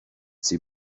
see